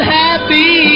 happy